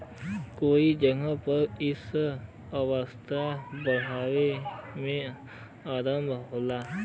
कई जगह पर ई से अर्थव्यवस्था बढ़ाए मे आराम होला